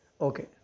Okay